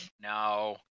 No